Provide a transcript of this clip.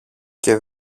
και